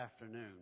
afternoon